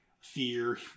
fear